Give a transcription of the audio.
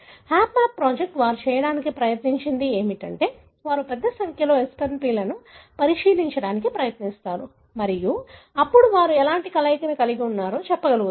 HapMap project వారు చేయటానికి ప్రయత్నించినది ఏమిటంటే వారు పెద్ద సంఖ్యలో SNP లను పరిశీలించడానికి ప్రయత్నిస్తారు మరియు అప్పుడు వారు ఎలాంటి కలయికను కలిగి ఉన్నారో కూడా చెప్పగలుగుతారు